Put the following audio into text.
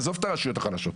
עזוב את הרשויות החלשות.